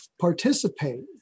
participate